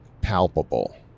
palpable